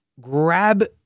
grab